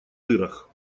дырах